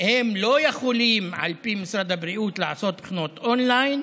הם לא יכולים על פי משרד הבריאות לעשות בחינות און-ליין.